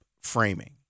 framing